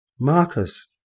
Marcus